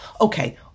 okay